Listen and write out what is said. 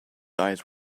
eyes